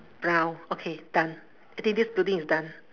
brown okay done I think this building is done